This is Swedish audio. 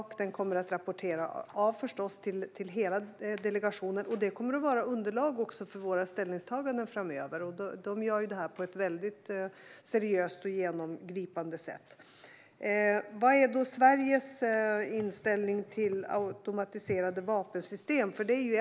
Den kommer förstås att rapportera av till hela delegationen, och det kommer att vara underlag för våra ställningstaganden framöver. De gör ju detta på ett väldigt seriöst och genomgripande sätt. Vad är då Sveriges inställning till automatiserade vapensystem?